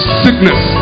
sickness